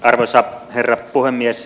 arvoisa herra puhemies